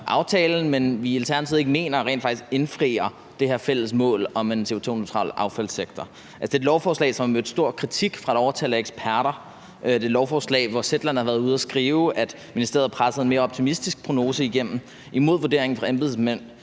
som vi i Alternativet ikke mener rent faktisk indfrier det her fælles mål om en CO2-neutral affaldssektor. Altså, det er et lovforslag, som har mødt stor kritik fra et overtal af eksperter. Det er et lovforslag, som Zetland har været ude at skrive om, i forhold til at ministeriet har presset en mere optimistisk prognose igennem imod vurderingen fra embedsmænd